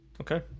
Okay